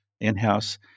in-house